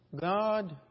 God